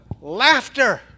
laughter